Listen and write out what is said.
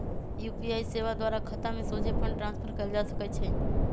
UPI सेवा द्वारा खतामें सोझे फंड ट्रांसफर कएल जा सकइ छै